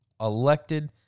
elected